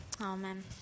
Amen